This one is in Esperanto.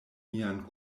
mian